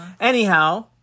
Anyhow